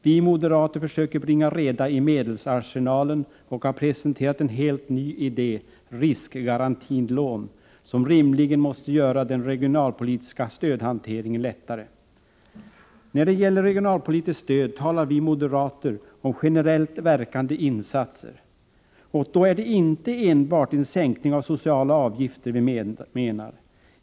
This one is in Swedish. Vi moderater försöker bringa reda i medelsarsenalen och har presenterat en helt ny idé — riskgarantilån — som rimligen måste göra den regionalpolitiska stödhanteringen lättare. När det gäller regionalpolitiskt stöd talar vi moderater om generellt verkande insatser. Och då är det inte enbart en sänkning av sociala avgifter vi menar.